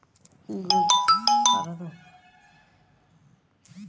Google Pay आर ATM नेर PIN बन वात बहुत प्रक्रिया बिल्कुल अलग छे